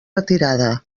retirada